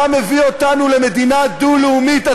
אתה מביא אותנו למדינה דו-לאומית,